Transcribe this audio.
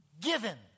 given